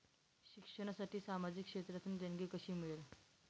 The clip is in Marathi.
शिक्षणासाठी सामाजिक क्षेत्रातून देणगी कशी मिळेल?